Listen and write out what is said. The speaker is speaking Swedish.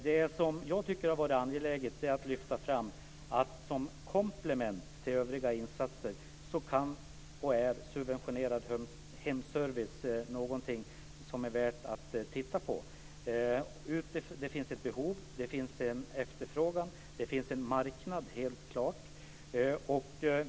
Jag har sett det som angeläget att lyfta fram att subventionerad hemservice kan vara värd att titta på som komplement till övriga insatser. Det finns helt klart en efterfrågan på och en marknad för den.